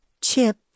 Chip